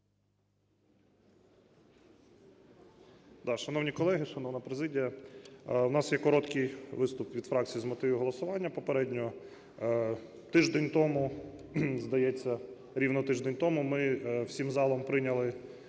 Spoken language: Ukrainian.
Шановні колеги, шановна президія! В нас є короткий виступ від фракцій з мотивів голосування попереднього. Тиждень тому, здається, рівно тиждень тому, ми всім залом прийняли